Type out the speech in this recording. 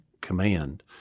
command